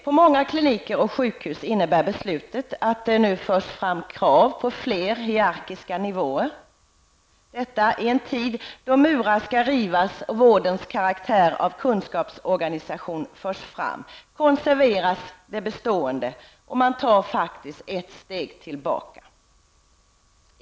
På många kliniker och sjukhus innebär beslutet att det nu förs fram krav på fler hierarkiska nivåer. I en tid då murarna skall rivas och vårdens karaktär av kunskapsorganisation förs fram, konserveras det bestående och man tar faktiskt ett steg tillbaka.